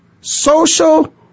social